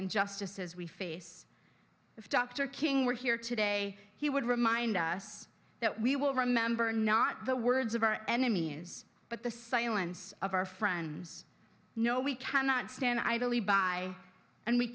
injustices we face if dr king were here today he would remind us that we will remember not the words of our enemies but the silence of our friends no we cannot stand idly by and we